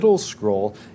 scroll